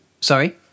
Sorry